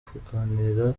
kugirana